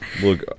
Look